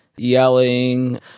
yelling